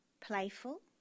playful